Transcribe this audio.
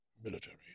military